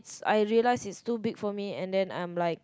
it's I realised it's too big for me and then I'm like